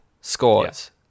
scores